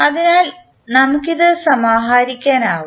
അതിനാൽ നമുക്ക് ഇത് സമാഹരിക്കാനാകും